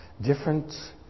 different